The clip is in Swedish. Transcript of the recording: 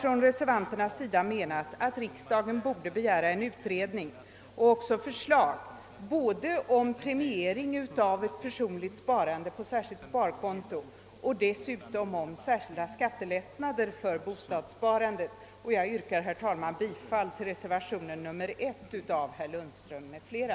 Reservanterna menar att riksdagen borde begära en utredning och även förslag både om premiering av personligt sparande på särskilt sparkonto och om särskilda skattelättnader för bostadssparandet. Herr talman! Jag yrkar bifall till reservationen I av herr Lundström m.fl.